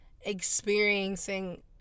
experiencing